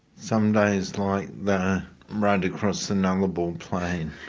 some days like the road across the nullarbor um plain.